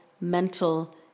mental